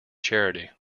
charity